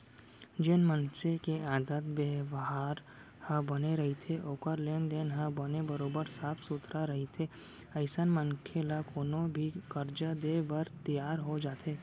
जेन मनसे के आदत बेवहार ह बने रहिथे ओखर लेन देन ह बने बरोबर साफ सुथरा रहिथे अइसन मनखे ल कोनो भी करजा देय बर तियार हो जाथे